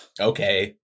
okay